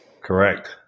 Correct